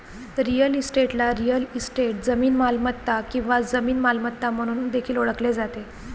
real इस्टेटला real estate, जमीन मालमत्ता किंवा जमीन मालमत्ता म्हणून देखील ओळखले जाते